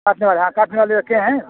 काटने वाले हाँ काटने वाले रखे हैं